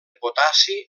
potassi